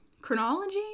chronology